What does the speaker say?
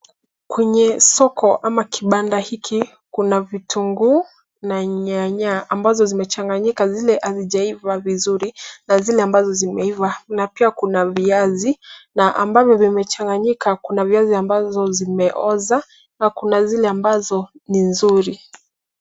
Kwenye soko ama kibanda hiki, kuna vitunguu na nyanya ambazo zimechannganyika zile hazijaiva vizuri na zile ambazo zimeiva na pia kuna viazi na ambavyo vimechanganyika. Kuna viazi ambazo zimeoza na kuna zile ambazo ni nzuri.